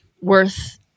worth